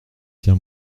tiens